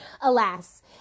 Alas